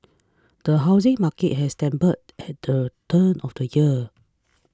the housing market has stumbled at the turn of the year